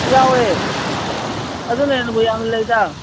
ꯌꯥꯎꯋꯦ ꯑꯗꯨꯅ ꯍꯦꯟꯅꯕꯨ ꯌꯥꯝꯅ ꯂꯩꯗ